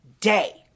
day